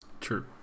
True